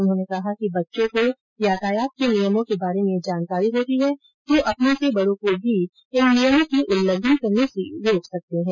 उन्होंने कहा कि बच्चों को यातयात के नियमों के बारे में जानकारी होती है तो अपने से बडों को भी यातायात के नियमों का उल्लंघन करने से रोकते हैं